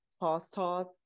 toss-toss